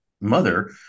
mother